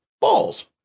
balls